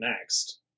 next